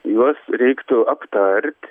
juos reiktų aptart